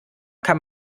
kann